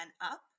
up